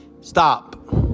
Stop